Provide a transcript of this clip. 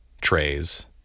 trays